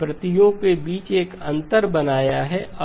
प्रतियों के बीच एक अंतर बनाया है